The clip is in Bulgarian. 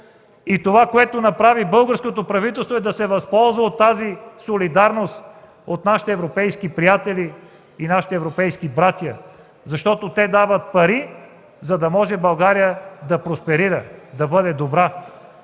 Това, което направи българското правителство, е да се възползва от тази солидарност на нашите европейски приятели и нашите европейски братя, защото те дават пари, за да може България да просперира, да бъде добра.